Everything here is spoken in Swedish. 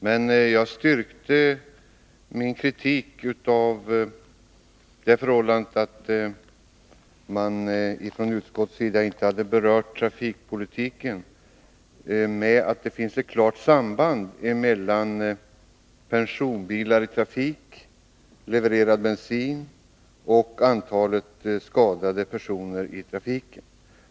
Men min kritik av att utskottet inte hade berört trafikpolitiken styrkte jag med att det finns ett klart samband mellan antalet personbilar i trafik, mängden levererad bensin och antalet skadade personer i trafiken.